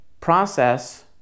process